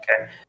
okay